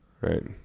Right